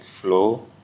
flow